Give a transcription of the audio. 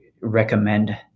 recommend